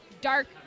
dark